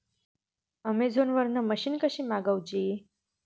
Amazon वरन machine कशी मागवची?